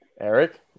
eric